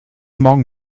morgen